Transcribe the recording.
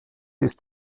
ist